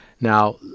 Now